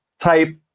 type